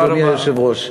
אדוני היושב-ראש.